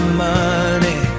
money